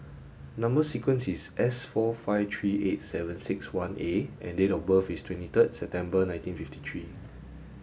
number sequence is S four five three eight seven six one A and date of birth is twenty third September nineteen fifty three